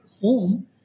home